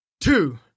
two